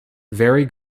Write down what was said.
very